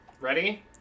Ready